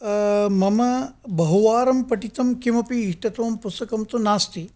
मम बहुवारं पठितं किमपि इष्टतमं पुस्तकं तु नास्ति